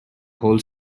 whole